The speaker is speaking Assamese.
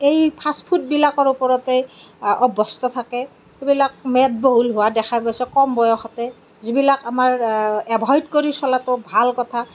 এই ফাষ্টফুডবিলাকৰ ওপৰতেই অভ্যস্ত হৈ থাকে সেইবিলাক মেদবহুল হোৱা দেখা গৈছে কম বয়সতে যিবিলাক আমাৰ এভইড কৰি চলাটো ভাল কথা